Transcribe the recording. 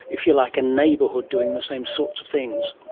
if you like, a neighbourhood doing the same sorts of things?